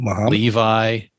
Levi